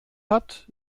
hat